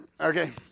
okay